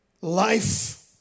Life